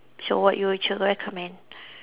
so what you would you recommend